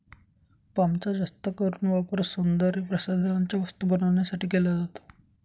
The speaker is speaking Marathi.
पामचा जास्त करून वापर सौंदर्यप्रसाधनांच्या वस्तू बनवण्यासाठी केला जातो